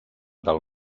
del